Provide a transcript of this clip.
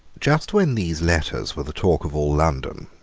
just when these letters were the talk of all london,